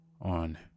on